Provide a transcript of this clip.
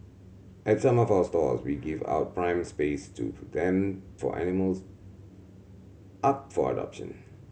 at some of our stores we give out prime space to them for animals up for adoption